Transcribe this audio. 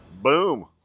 Boom